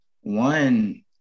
one